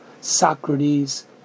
Socrates